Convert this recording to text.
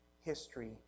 history